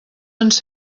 ens